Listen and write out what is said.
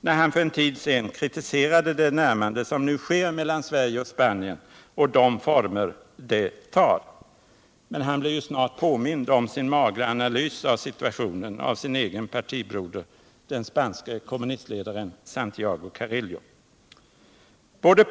när han för en tid sedan kritiserade det närmande som nu sker mellan Sverige och Spanien och de former detta tar. Men han blev ju snart påmind om sin magra analys av situationen av sin egen partibroder, den spanske kommunistledaren Santiago Carillo.